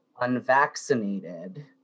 unvaccinated